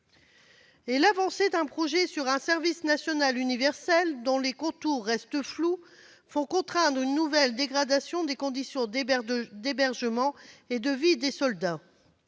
l'avancée d'un projet de service national universel dont les contours restent flous fait craindre une nouvelle dégradation des conditions d'hébergement et de vie des soldats.